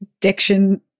diction